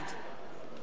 אמנון כהן,